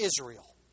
Israel